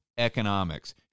economics